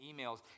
emails